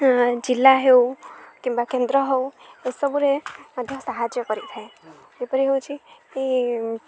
ଜିଲ୍ଲା ହେଉ କିମ୍ବା କେନ୍ଦ୍ର ହେଉ ଏସବୁରେ ମଧ୍ୟ ସାହାଯ୍ୟ କରିଥାଏ ଏପରି ହେଉଛି କି